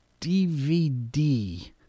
DVD